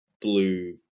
blue